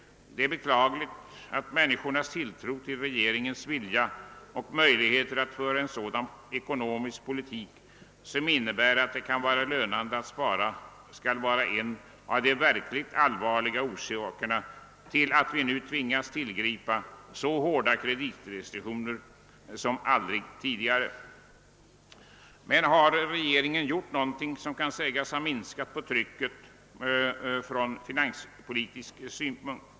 Det är beklagligt att medborgarnas tilltro till regeringens vilja och möjligheter att föra en sådan politik som innebär att det kan vara lönande att spara skall vara en av de verkligt allvarliga orsakerna till att vi nu har tvingats tillgripa hårdare kreditrestriktioner än någonsin tidigare. Och har regeringen gjort något som kan sägas ha minskat trycket från finanspolitiken?